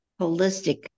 holistic